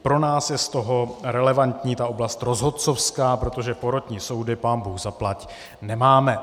Pro nás je z toho relevantní oblast rozhodcovská, protože porotní soudy, pánbůh zaplať, nemáme.